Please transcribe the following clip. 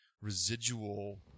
residual